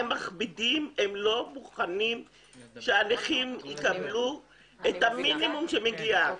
הם מכבידים ולא מוכנים שהנכים יקבלו את המינימום שמגיע להם.